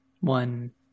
one